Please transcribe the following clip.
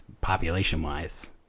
population-wise